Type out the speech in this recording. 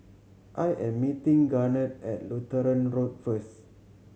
I am meeting Garnet at Lutheran Road first